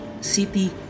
City